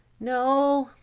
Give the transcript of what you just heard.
no,